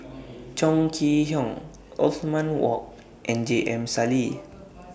Chong Kee Hiong Othman Wok and J M Sali